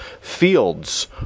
fields